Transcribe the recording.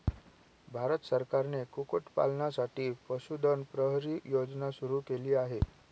भारत सरकारने कुक्कुटपालनासाठी पशुधन प्रहरी योजना सुरू केली आहे